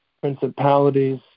principalities